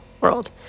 world